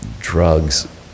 drugs